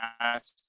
ask